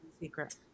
secret